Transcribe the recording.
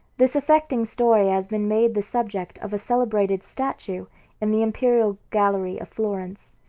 this affecting story has been made the subject of a celebrated statue in the imperial gallery of florence.